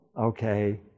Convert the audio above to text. okay